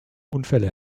unfälle